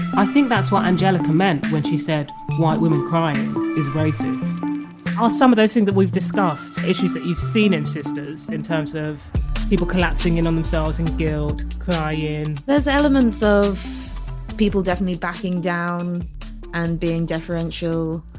i think that's what angelica meant when she said white women crying is racist are some of those things that we've discussed issues that you've seen and sisters in terms of people collapsing in on themselves in guilt, crying there's elements of people definitely backing down and being deferential.